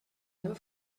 never